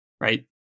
right